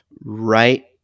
right